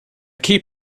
key